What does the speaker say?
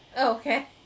Okay